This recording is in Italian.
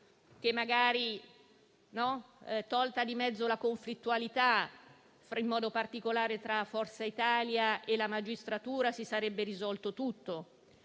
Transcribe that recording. che magari, tolta di mezzo la conflittualità in particolare tra Forza Italia e la magistratura, si sarebbe risolto tutto.